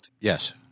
Yes